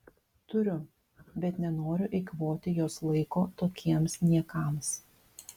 turiu bet nenoriu eikvoti jos laiko tokiems niekams